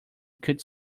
could